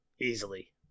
Easily